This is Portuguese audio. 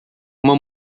uma